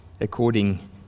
according